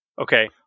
Okay